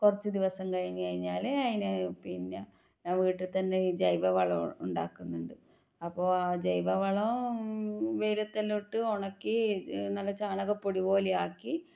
കുറച്ച് ദിവസം കഴിഞ്ഞ് കഴിഞ്ഞാൽ അതിന് പിന്നെ ഞാൻ വീട്ടിൽത്തന്നെ ജൈവവളം ഉണ്ടാക്കുന്നുണ്ട് അപ്പോൾ ആ ജൈവവളം വെയിലത്തെല്ലാം ഇട്ട് ഒണക്കി നല്ല ചാണകപ്പൊടി പോലെ ആക്കി